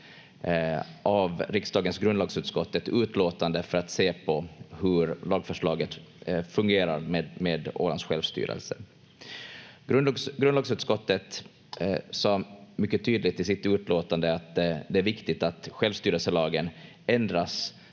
av riksdagens grundlagsutskott, för att se på hur lagförslaget fungerar med Ålands självstyrelse. Grundlagsutskottet sade mycket tydligt i sitt utlåtande att det är viktigt att självstyrelselagen ändras